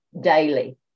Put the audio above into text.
Daily